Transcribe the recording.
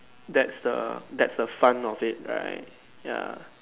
that's the that's the fun of it right ya